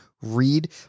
read